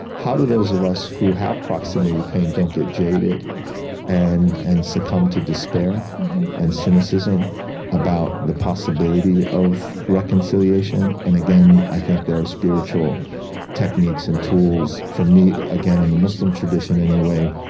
how do those of us who have proximity to the pain don't get jaded and and succumb to despair and cynicism about the possibility of reconciliation? and again, i think there are spiritual techniques and tools for me, again, in the muslim tradition, anyway,